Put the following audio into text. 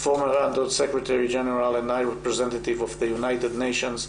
תת-המזכ"ל לשעבר ונציג בכיר של האומות המאוחדות,